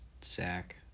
sack